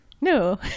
No